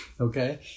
okay